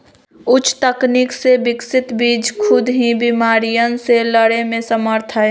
उच्च तकनीक से विकसित बीज खुद ही बिमारियन से लड़े में समर्थ हई